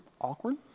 awkward